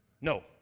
No